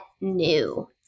new